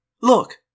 Look